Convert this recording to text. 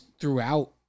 throughout